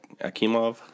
Akimov